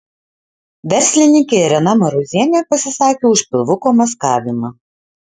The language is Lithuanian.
verslininkė irena marozienė pasisakė už pilvuko maskavimą